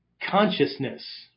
Consciousness